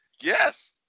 Yes